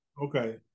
Okay